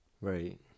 Right